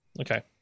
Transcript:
Okay